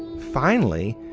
finally,